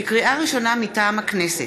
לקריאה ראשונה, מטעם הכנסת: